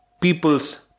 people's